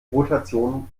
rotation